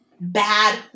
bad